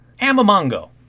Amamongo